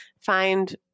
find